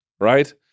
right